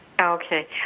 Okay